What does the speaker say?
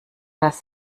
das